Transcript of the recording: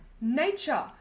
nature